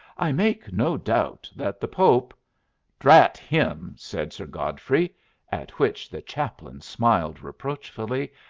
i make no doubt that the pope drat him! said sir godfrey at which the chaplain smiled reproachfully,